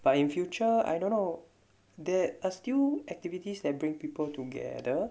but in future I don't know there are still activities that bring people together